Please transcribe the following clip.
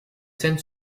scènes